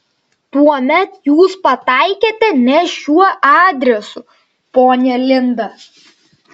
tuomet jūs pataikėte ne šiuo adresu ponia linda